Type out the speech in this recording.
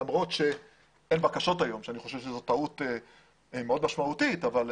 למרות שאין בקשות היום ואני חושב שזאת טעות מאוד משמעותית אבל,